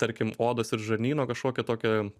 tarkim odos ir žarnyno kažkokią tokią